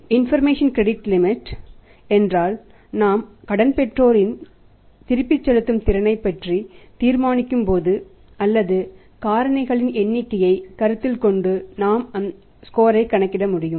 information credit limit என்றால் நாம் கடன்பெற்றோரின் திருப்பிச் செலுத்தும் திறனைப் பற்றி தீர்மானிக்கும்போது அல்லது காரணிகளின் எண்ணிக்கையை கருத்தில் கொண்டு நாம் ஸ்கோரைக் கணக்கிட முடியும்